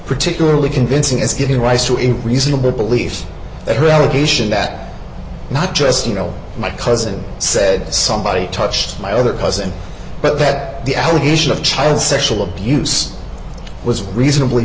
particularly convincing as giving rise to a reasonable belief that her allegation that not just you know my cousin said somebody touched my other cousin but that the allegation of child sexual abuse was reasonably